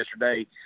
yesterday